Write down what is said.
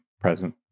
present